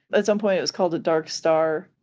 but at some point it was called a dark star.